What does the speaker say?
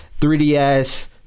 3DS